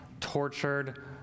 tortured